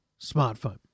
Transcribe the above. smartphone